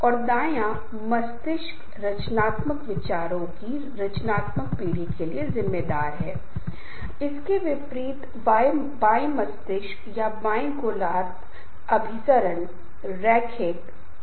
अब समय निर्दिष्ट नहीं है कार्यात्मक समूह वर्तमान लक्ष्यों की प्राप्ति के बाद अस्तित्व में हैं और कार्यात्मक समूहों के उदाहरण एक विपणन विभाग एक ग्राहक सेवा विभाग या एक लेखा विभाग होगा